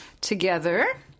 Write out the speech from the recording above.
together